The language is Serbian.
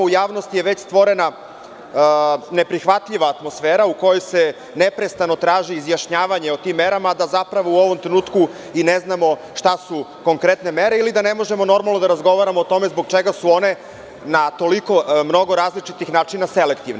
U javnosti je već stvorena neprihvatljiva atmosfera u kojoj se neprestano traži izjašnjavanje o tim merama, da zapravo u ovom trenutku i ne znamo šta su konkretne mere ili da ne možemo normalno da razgovaramo o tome zbog čega su one na toliko mnogo različitih načina selektivne.